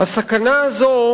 הסכנה הזאת